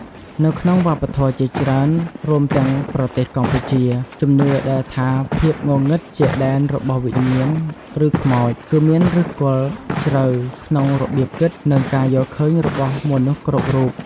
នៅក្នុងវប្បធម៌ជាច្រើន រួមទាំងប្រទេសកម្ពុជា ជំនឿដែលថាភាពងងឹតជាដែនរបស់វិញ្ញាណ ឬខ្មោច គឺមានឫសគល់ជ្រៅក្នុងរបៀបគិត និងការយល់ឃើញរបស់មនុស្សគ្រប់រូប ។